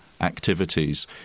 activities